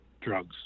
drugs